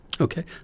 Okay